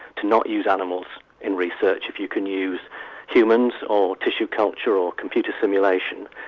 to not use animals in research if you can use humans, or tissue culture, or computer simulation.